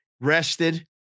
rested